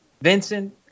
Vincent